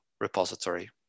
repository